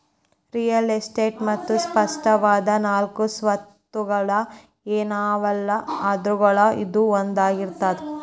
real estate ಮತ್ತ ಸ್ಪಷ್ಟವಾದ ನಾಲ್ಕು ಸ್ವತ್ತುಗಳ ಏನವಲಾ ಅದ್ರೊಳಗ ಇದೂ ಒಂದಾಗಿರ್ತದ